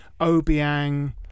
Obiang